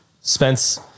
Spence